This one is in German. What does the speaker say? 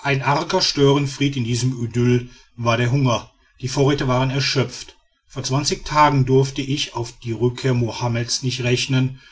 ein arger störenfried in diesem idyll war der hunger die vorräte waren erschöpft vor zwanzig tagen durfte ich auf die rückkehr mohammeds nicht rechnen